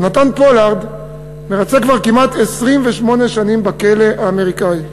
יונתן פולארד מרצה כבר כמעט 28 שנים בכלא האמריקני.